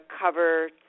cover